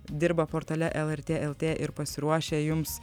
dirba portale lrt lt ir pasiruošę jums